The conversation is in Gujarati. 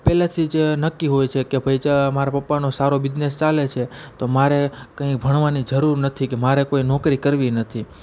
પહેલેથી જ નક્કી હોય છે કે ભાઈ મારા પપ્પાનો સારો બીજનેસ ચાલે છે તો મારે કંઇ ભણવાની જરૂર નથી કે મારે કોઈ નોકરી કરવી નથી